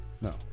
No